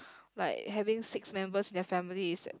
like having six members in your family is